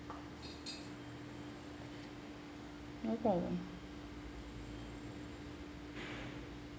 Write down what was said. no problem